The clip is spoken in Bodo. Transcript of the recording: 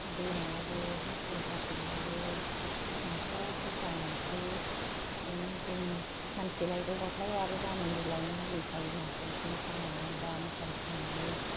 बोनायावबो मुसारि साथेनायावबो नाखौ बुर्जा मोनखायो नों जोंनि सानसे लायदावबाथाय आरो गाबोनबो लायनो लुगैखायो नाखौ सेन सानानै एबा मुसारि सानानै